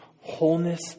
wholeness